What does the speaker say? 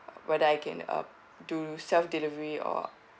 whether I can um do self delivery or